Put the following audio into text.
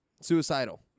Suicidal